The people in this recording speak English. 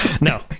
no